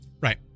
Right